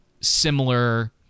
similar